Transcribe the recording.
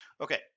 Okay